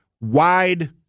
wide